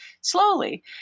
slowly